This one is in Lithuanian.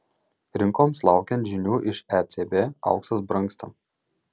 rinkoms laukiant žinių iš ecb auksas brangsta